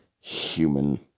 human